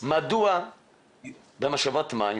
מדוע במשאבת מים